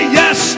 yes